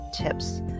tips